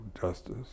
justice